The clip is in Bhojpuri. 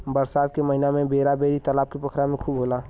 बरसात के महिना में बेरा बेरी तालाब पोखरा में खूब होला